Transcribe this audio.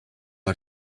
are